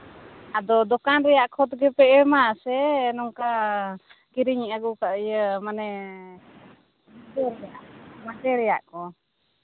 ᱟᱫᱚ ᱫᱚᱠᱟᱱ ᱨᱮᱭᱟᱜ ᱠᱷᱚᱛ ᱜᱮᱯᱮ ᱮᱢᱼᱟ ᱥᱮ ᱱᱚᱝᱠᱟ ᱠᱤᱨᱤᱧ ᱟᱹᱜᱩ ᱤᱭᱟᱹ ᱢᱟᱱᱮ ᱥᱮ ᱢᱟᱸᱫᱮ ᱨᱮᱭᱟᱜ ᱠᱚ